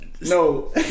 No